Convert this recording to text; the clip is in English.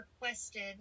requested